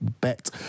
bet